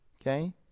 Okay